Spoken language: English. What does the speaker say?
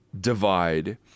divide